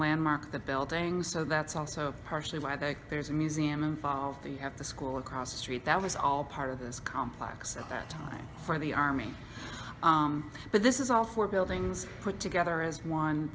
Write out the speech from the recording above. landmark the buildings so that's also partially why that there's a museum involved you have the school across the street that was all part of this complex at that time for the army but this is all four buildings put together as one